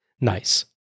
Nice